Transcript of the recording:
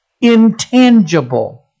intangible